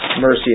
mercy